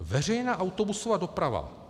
Veřejná autobusová doprava.